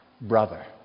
Brother